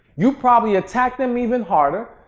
you probably attacked them even harder.